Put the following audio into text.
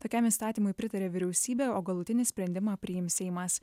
tokiam įstatymui pritarė vyriausybė o galutinį sprendimą priims seimas